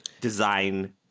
design